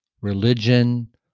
Religion